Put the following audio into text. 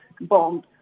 bomb